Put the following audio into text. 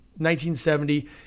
1970